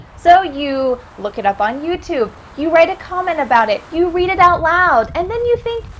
so you look it up on youtube. you write a comment about it. you read it out loud, and then you think,